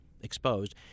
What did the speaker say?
exposed